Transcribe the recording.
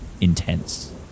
intense